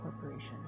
Corporation